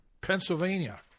Pennsylvania